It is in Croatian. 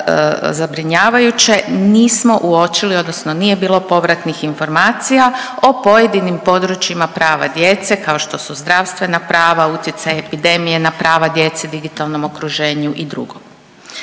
zabrinjavajuće, nismo uočili odnosno nije bilo povratnih informacija o pojedinim područjima prava djece kao što su zdravstvena prava, utjecaj epidemije na prava djece, digitalnom okruženju i drugo.